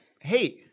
Hey